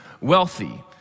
wealthy